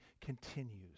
continues